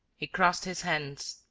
he crossed his hands,